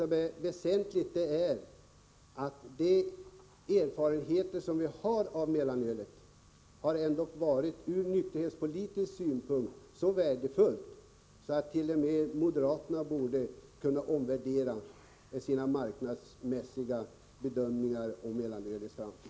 Men det väsentliga är att de erfarenheter vi har av mellanölet har varit så värdefulla ur nykterhetspolitisk synpunkt att t.o.m. moderaterna borde kunna omvärdera sina marknadsmässiga bedömningar av mellanölets framtid.